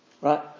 Right